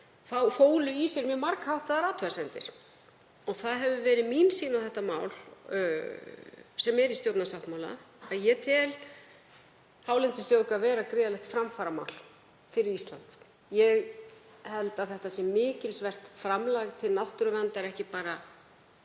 sem fólu í sér mjög margháttaðar athugasemdir. Það hefur verið mín sýn á þetta mál, sem er í stjórnarsáttmála, að ég tel hálendisþjóðgarð vera gríðarlegt framfaramál fyrir Ísland. Ég held að það sé mikilsvert framlag til náttúruverndar, ekki bara